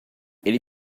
ele